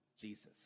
Jesus